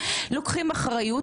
לוקחים אחריות,